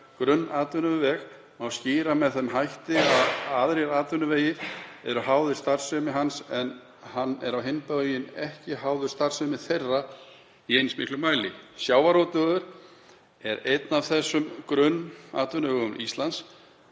grunnatvinnuveg má skýra með þeim hætti að aðrir atvinnuvegir eru háðir starfsemi hans en hann er á hinn bóginn ekki háður starfsemi þeirra í eins miklum mæli. Sjávarútvegur er einn af þessum grunnatvinnuvegum Íslands.